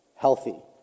healthy